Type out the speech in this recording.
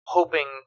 hoping